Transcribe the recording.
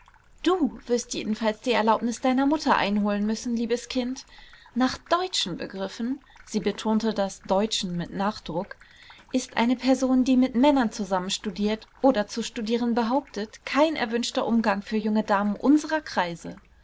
du wirst jedenfalls die erlaubnis deiner mutter einholen müssen liebes kind nach deutschen begriffen sie betonte das deutschen mit nachdruck ist eine person die mit männern zusammen studiert oder zu studieren behauptet kein erwünschter umgang für junge damen unserer kreise